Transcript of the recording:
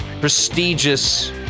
prestigious